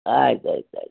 ಆಯ್ತು ಆಯ್ತು ಆಯ್ತು